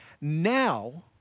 Now